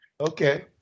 okay